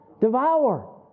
Devour